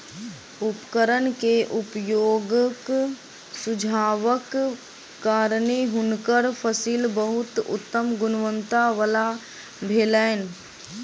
उपकरण के उपयोगक सुझावक कारणेँ हुनकर फसिल बहुत उत्तम गुणवत्ता वला भेलैन